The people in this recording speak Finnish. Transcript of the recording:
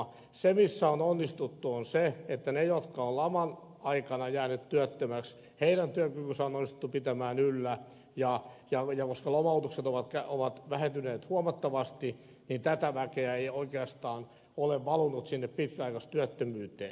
se missä on onnistuttu on se että niiden työkykyä jotka ovat laman aikana jääneet työttömäksi on onnistuttu pitämään yllä ja koska lomautukset ovat vähentyneet huomattavasti niin tätä väkeä ei oikeastaan ole valunut sinne pitkäaikaistyöttömyyteen